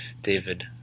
David